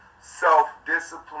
self-discipline